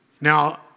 Now